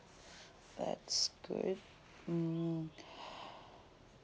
that's good mm